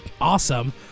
awesome